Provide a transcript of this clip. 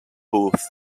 booth